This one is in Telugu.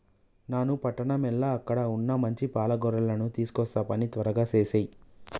నాను పట్టణం ఎల్ల అక్కడ వున్న మంచి పాల గొర్రెలను తీసుకొస్తా పని త్వరగా సేసేయి